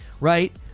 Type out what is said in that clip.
right